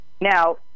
Now